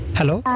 hello